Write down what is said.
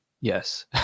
Yes